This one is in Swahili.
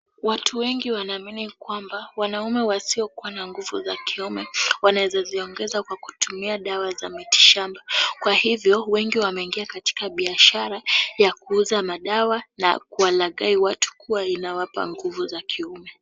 Watu wengi wanaamini kwamba wanaume wasiokuwa na nguvu za kiume wanaweza kuziongeza kutumia dawa za miti shamba kwa hivyo wengi wameingia katika biashara ya kuuza madawa na kuwalaghai watu kuwa inawapa nguvu za kiume.